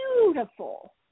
beautiful